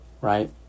Right